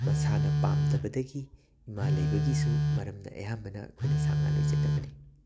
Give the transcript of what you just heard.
ꯃꯁꯥꯅ ꯄꯥꯝꯗꯕꯗꯒꯤ ꯏꯃꯥ ꯂꯩꯕꯒꯤꯁꯨ ꯃꯔꯝꯅ ꯑꯌꯥꯝꯕꯅ ꯑꯩꯈꯣꯏꯅ ꯁꯥ ꯉꯥ ꯂꯣꯏꯖꯗꯕꯅꯤ